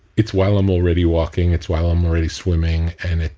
it's while i'm already walking, it's while i'm already swimming, and